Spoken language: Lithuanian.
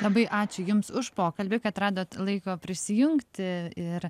labai ačiū jums už pokalbį kad radot laiko prisijungti ir